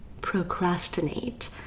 procrastinate